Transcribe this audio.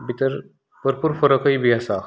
भितर भरपूर फरकूय बी आसा